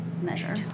measure